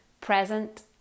present